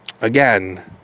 again